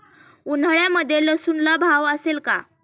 उन्हाळ्यामध्ये लसूणला भाव असेल का?